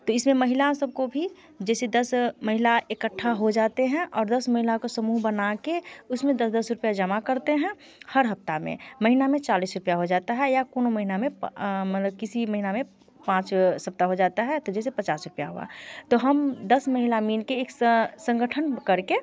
तो इस में महिला सब को भी जैसे दस महिला एकट्ठा हो जाते हैं और दस महिलाओं का समूह बना कर उस में दस दस रुपये जमा करते हैं हर हफ़्ते में महीने में चालीस रुपये हो जाता हैं या कोनो महिना में मतलब किसी महीने में पाँच सप्ताह हो जाते हैं तो जैसे पचास रुपये हुए तो हम दस महिला मिल कर एक संगठन कर के